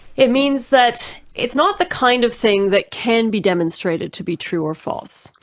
it means that it's not the kind of thing that can be demonstrated to be true or false.